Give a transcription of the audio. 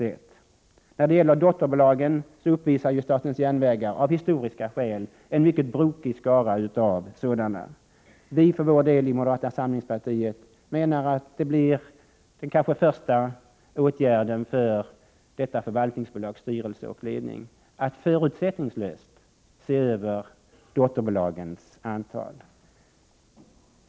Statens järnvägar uppvisar av historiska skäl en mycket brokig skara dotterbolag. Vi i moderata samlingspartiet menar att den kanske första åtgärd som detta förvaltningsbolags styrelse och ledamöter får vidta är att förutsättningslöst se över dotterbolagens antal.